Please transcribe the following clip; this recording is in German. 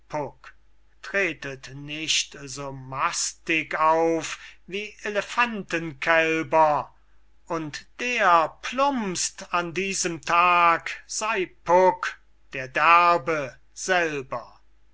tretet nicht so mastig auf wie elephantenkälber und der plumpst an diesem tag sey puck der derbe selber